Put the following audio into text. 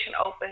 open